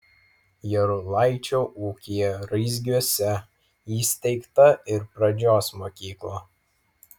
jarulaičio ūkyje raizgiuose įsteigta ir pradžios mokykla